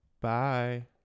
Bye